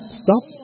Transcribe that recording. stop